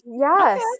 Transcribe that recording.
Yes